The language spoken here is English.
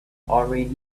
already